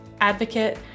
advocate